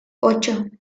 ocho